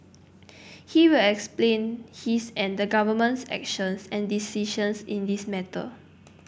he will explain his and the Government's actions and decisions in this matter